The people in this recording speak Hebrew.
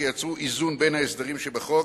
שיצרו איזון בין ההסדרים שבחוק